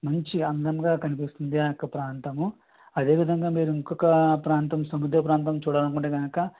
మంచి అందంగా కనిపిస్తుంది ఆ యొక్క ప్రాంతము అదే విధముగా మీరు ఇంకొక ప్రాంతము సముద్ర ప్రాంతం చూడాలనుకుంటే కనుక